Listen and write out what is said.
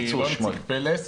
אני לא נציג פלס,